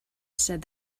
said